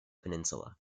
peninsula